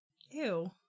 Ew